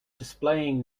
displaying